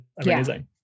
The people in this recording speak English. Amazing